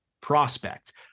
prospect